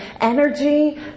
energy